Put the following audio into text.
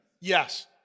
Yes